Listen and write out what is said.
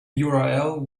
url